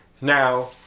now